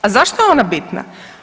A zašto je ona bitna?